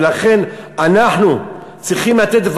ולכן אנחנו צריכים לתת,